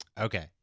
Okay